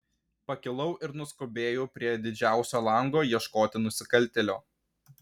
pakilau ir nuskubėjau prie didžiausio lango ieškoti nusikaltėlio